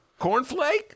cornflake